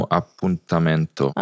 appuntamento